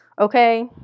okay